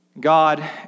God